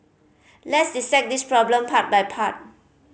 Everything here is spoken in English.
let's dissect this problem part by part